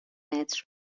متر